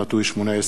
פ/4405/18.